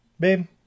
Babe